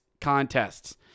contests